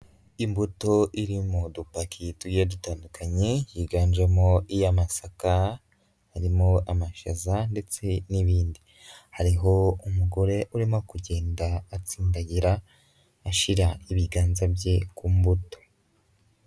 Imbuto iri mu dupaki tugiye dutandukanye, higanjemo iy'amasaka, harimo amashaza ndetse n'ibindi. Hariho umugore urimo kugenda atsindagira ashyira ibiganza bye ku mbuto.